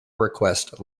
request